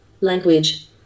Language